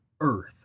earth